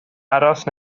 aros